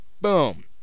Boom